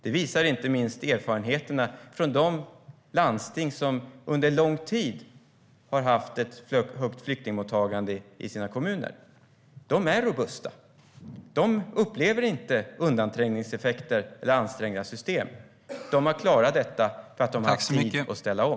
Det visar inte minst erfarenheterna från de landsting som under lång tid har haft ett stort flyktingmottagande i sina kommuner. De är robusta, och de upplever inte undanträngningseffekter eller ansträngda system. De har klarat detta eftersom de har haft tid att ställa om.